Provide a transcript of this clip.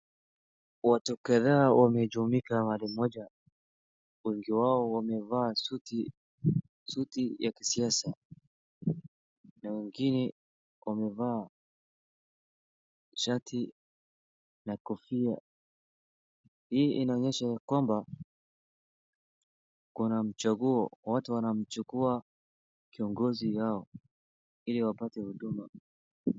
Watu kadhaa wamejumuika mahali moja wengi wao wamevaa suti, suti ya kisiasa na wengine wamevaa shati na kofia. Hii inaonyesha yakwamba kuna mchaguo watu wanamchagua kiogozi wao ili wapate huduma.